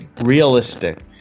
realistic